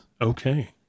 Okay